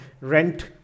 rent